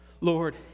Lord